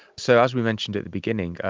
so, as we mentioned at the beginning,